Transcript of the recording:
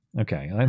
Okay